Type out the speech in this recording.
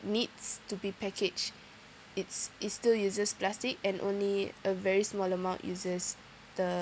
needs to be packaged it's it still uses plastic and only a very small amount uses the